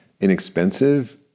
inexpensive